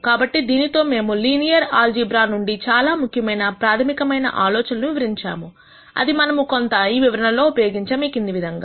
కాబట్టి దీనితో మేము లీనియర్ ఆల్జీబ్రా నుండి చాలా ముఖ్యమైన ప్రాథమికమైన ఆలోచనలను వివరించాము అది మనము కొంత ఈ వివరణలో ఉపయోగించాము ఈ క్రింది విధముగా